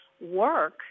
work